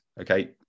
okay